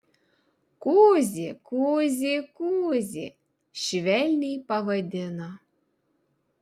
kuzi kuzi kuzi švelniai pavadino